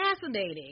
fascinating